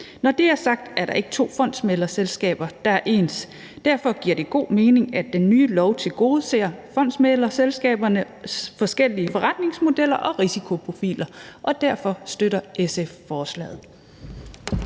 Når det er sagt, er der ikke to fondsmæglerselskaber, der er ens. Derfor giver det god mening, at den nye lov tilgodeser fondsmæglerselskabernes forskellige forretningsmodeller og risikoprofiler. Og derfor støtter SF forslaget.